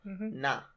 Nah